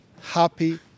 happy